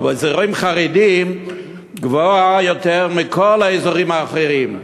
ובאזורים חרדיים גבוהה יותר מכל האזורים האחרים.